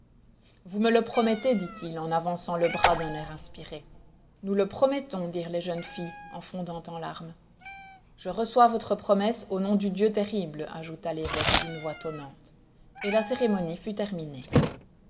vous me le promettez dit-il en avançant le bras d'un air inspiré nous le promettons dirent les jeunes filles en fondant en larmes je reçois votre promesse au nom du dieu terrible ajouta l'évoque d'une voix tonnante et la cérémonie fut terminée